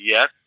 Yes